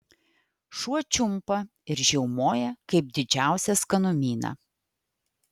šuo čiumpa ir žiaumoja kaip didžiausią skanumyną